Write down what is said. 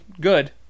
good